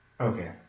Okay